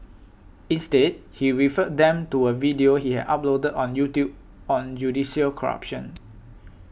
instead he referred them to a video he had uploaded on YouTube on judicial corruption